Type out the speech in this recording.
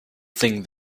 thing